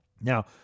Now